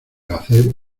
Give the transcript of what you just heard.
hacer